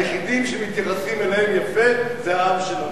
היחידים שמתייחסים אליהם יפה זה העם שלנו.